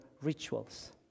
rituals